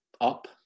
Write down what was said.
up